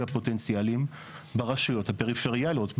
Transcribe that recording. הפוטנציאליים ברשויות הפריפריאליות.